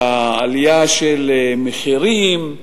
העלייה במחירים,